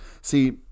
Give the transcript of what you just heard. See